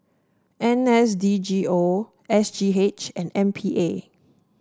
N S D G O S G H and M P A